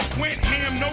went ham,